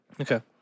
Okay